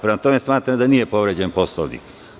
Prema tome, smatram da nije povređen Poslovnik.